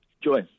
Joy